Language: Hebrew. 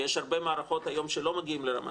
ויש הרבה מערכות היום שלא מגיעות לרמה